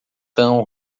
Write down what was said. tão